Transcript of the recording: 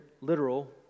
literal